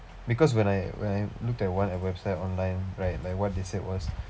because when I when I looked at one website online right like what they said was